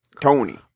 Tony